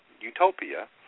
utopia